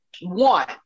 One